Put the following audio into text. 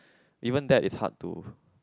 even that is hard to